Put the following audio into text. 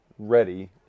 ready